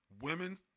Women